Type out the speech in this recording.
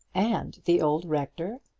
and the old rector,